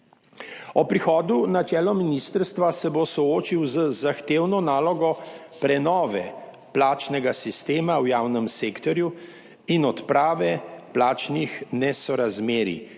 Ob prihodu na čelo ministrstva se bo soočil z zahtevno nalogo prenove plačnega sistema v javnem sektorju in odprave plačnih nesorazmerij,